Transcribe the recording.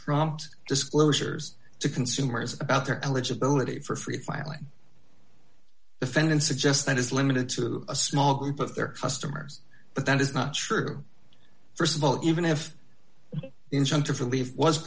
prompt disclosures to consumers about their eligibility for free filing defendant suggests that is limited to a small group of their customers but that is not true st of all even if injunctive relief was